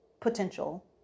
potential